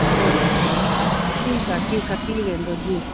हूं ठीकु आहे ठीकु आहे थी वेंदो जी